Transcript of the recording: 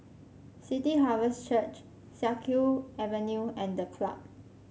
City Harvest Church Siak Kew Avenue and The Club